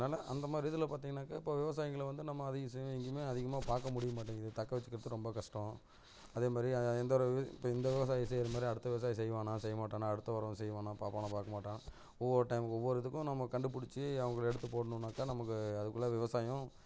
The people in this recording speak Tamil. அதனால அந்த மாதிரி இதில் பார்த்திங்கனாக்கா இப்போ விவசாயங்களை வந்து நம்ம அதிகம் எங்கேயுமே அதிகமாக பார்க்க முடிய மாட்டிங்கிது தக்க வச்சுக்கிறதுக்கு ரொம்ப கஸ்டம் அதே மாதிரி எந்த ஒரு இப்போ இந்த விவசாயி செய்கிற மாதிரி அடுத்த விவசாயி செய்வானா செய்ய மாட்டானா அடுத்து வர்றவன் செய்வானா பார்ப்பானா பார்க்க மாட்டானா ஒவ்வொரு டைமும் ஒவ்வொரு இதுக்கும் நம்ம கண்டுபிடுச்சு அவங்கள எடுத்து போடணும்னாக்கா நமக்கு அதுக்குள்ளே விவசாயம்